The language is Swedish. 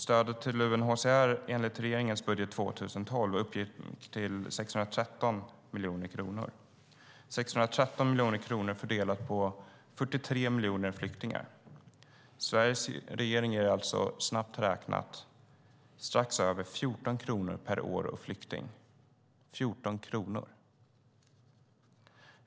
Stödet till UNHCR uppgick enligt regeringens budget 2012 till 613 miljoner kronor - 613 miljoner kronor fördelat på 43 miljoner flyktingar. Sveriges regering ger alltså strax över 14 kronor per år och flykting - 14 kronor.